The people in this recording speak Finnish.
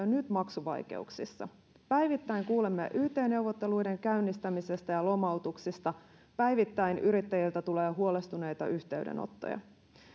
nyt maksuvaikeuksissa päivittäin kuulemme yt neuvotteluiden käynnistämisestä ja lomautuksista päivittäin yrittäjiltä tulee huolestuneita yhteydenottoja